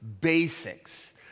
basics